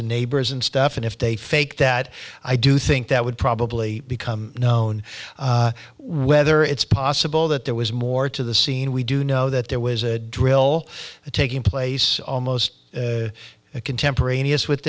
and neighbors and stuff and if they fake that i do think that would probably become known whether it's possible that there was more to the scene we do know that there was a drill taking place almost contemporaneous with